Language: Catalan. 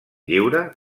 lliure